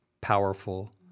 powerful